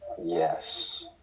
yes